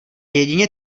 jedině